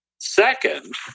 Second